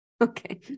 Okay